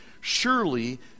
surely